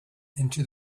into